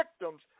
victims